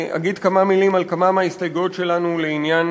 להגיד כמה מילים על כמה מההסתייגויות שלנו לעניין